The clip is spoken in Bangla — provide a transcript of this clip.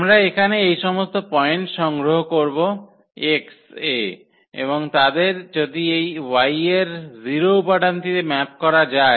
আমরা এখানে এই সমস্ত পয়েন্ট সংগ্রহ করব X এ এবং তাদের যদি এই Y এর 0 উপাদানটিতে ম্যাপ করা যায়